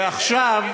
ועכשיו,